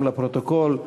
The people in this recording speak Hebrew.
גם לפרוטוקול,